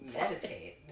meditate